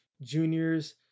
juniors